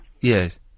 Yes